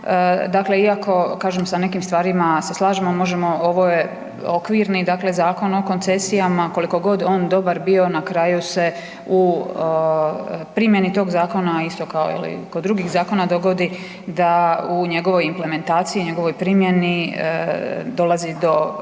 dakle iako kažem sa nekim stvarima se slažemo, ovo je okvirni dakle Zakon o koncesijama koliko god on dobar bio na kraju se u primjeni tog zakona isto kao i kod drugih zakona dogodi da u njegovoj implementaciji, njegovoj primjeni dolazi do problema.